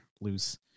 loose